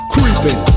Creeping